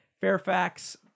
Fairfax